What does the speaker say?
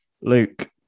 Luke